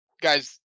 guys